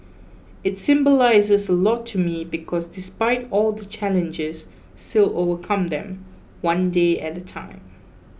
it symbolises a lot to me because despite all the challenges still overcome them one day at a time